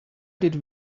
did